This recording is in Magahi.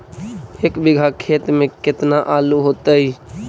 एक बिघा खेत में केतना आलू होतई?